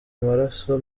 amaraso